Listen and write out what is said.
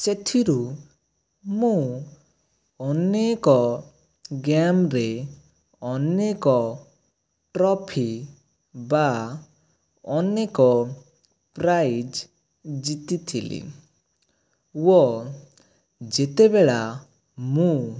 ସେଥିରୁ ମୁଁ ଅନେକ ଗେମ୍ ରେ ଅନେକ ଟ୍ରଫି ବା ଅନେକ ପ୍ରାଇଜ୍ ଜିତିଥିଲି ଓ ଯେତେବେଳେ ମୁଁ